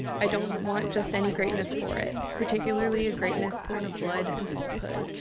i don't want just any greatness for it, particularly a greatness born of blood and falsehood.